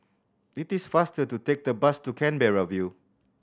it is faster to take the bus to Canberra View